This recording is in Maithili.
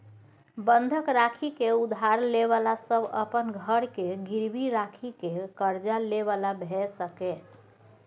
बंधक राखि के उधार ले बला सब अपन घर के गिरवी राखि के कर्जा ले बला भेय सकेए